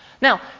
Now